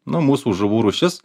nu mūsų žuvų rūšis